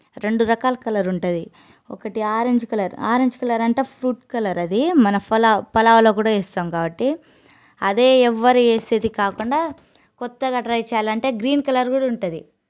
రెండు రకాలు కలర్ ఉంటది ఒకటి ఆరెంజ్ కలర్ ఆరెంజ్ కలర్ అంట ఫ్రూట్ కలర్ అది మనం ఫలో ఫలావులో కూడా వేస్తాం కాబట్టి అదే ఎవ్వరు వేసేది కాకుండా కొత్తగా ట్రై చేయాలంటే గ్రీన్ కలర్ కూడా ఉంటుంది